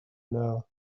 now